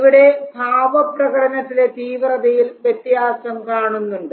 ഇവിടെ ഭാവ പ്രകടനത്തിലെ തീവ്രതയിൽ വ്യത്യാസം കാണുന്നുണ്ട്